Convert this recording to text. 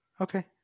Okay